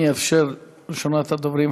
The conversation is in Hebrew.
ראשות הדוברים,